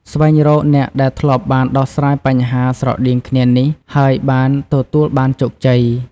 ស្វែងរកអ្នកដែលធ្លាប់បានដោះស្រាយបញ្ហាស្រដៀងគ្នានេះ ហើយបានទទួលបានជោគជ័យ។